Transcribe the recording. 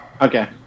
Okay